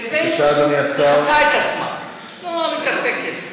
בזה היא פשוט מכסה את עצמה, לא מתעסקת.